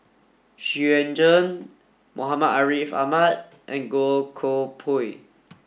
Xu Yuan Zhen Muhammad Ariff Ahmad and Goh Koh Pui